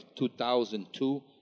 2002